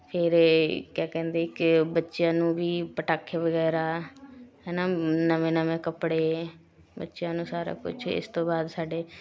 ਫਿਰ ਇਹ ਕਿਆ ਕਹਿੰਦੇ ਕਿ ਬੱਚਿਆਂ ਨੂੰ ਵੀ ਪਟਾਖੇ ਵਗੈਰਾ ਹੈ ਨਾ ਨਵੇਂ ਨਵੇਂ ਕੱਪੜੇ ਬੱਚਿਆਂ ਨੂੰ ਸਾਰਾ ਕੁਛ ਇਸ ਤੋਂ ਬਾਅਦ ਸਾਡੇ